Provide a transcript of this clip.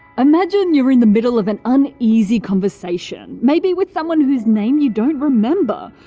imagine you are in the middle of an uneasy conversation, maybe with someone whose name you don't remember.